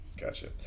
Gotcha